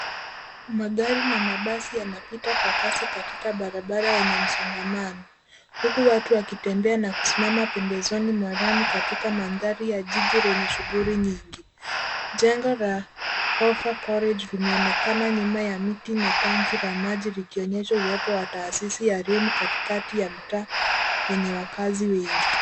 Magari na Mabasi yanapita Kwa Kasi katika barabara yenye msongamano, huku watu wakitembea na kusimama pembezoni mwa lami katika mandhari ya jiji lenye shuguli nyingi. Jengo la kofa college limeonekana nyuma ya miti na tangi la maji likionyesha uwepo wa taasisi ya rimu katikati ya mtaa wenye wakazi wengi.